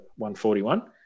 141